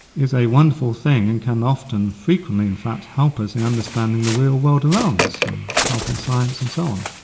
is a wonderful thing and can often frequently in fact help us in understanding the real world around us, and helping science and so on.